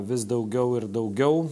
vis daugiau ir daugiau